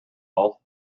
all